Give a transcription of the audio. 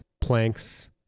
planks